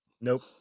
nope